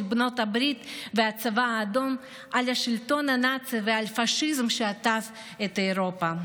בנות הברית והצבא האדום על השלטון הנאצי ועל הפשיזם שעטף את אירופה.